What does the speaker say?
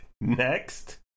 Next